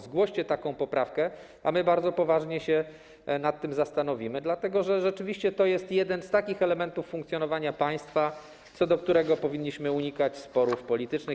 Zgłoście taką poprawkę, a my bardzo poważnie się nad tym zastanowimy, dlatego że rzeczywiście to jest jeden z takich elementów funkcjonowania państwa, co do którego powinniśmy unikać sporów politycznych.